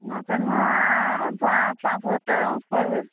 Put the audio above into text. হাতের নোয়া পাঁ পাঁচ হাজার টাকা পড়বে